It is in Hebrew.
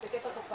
את היקף התופעה,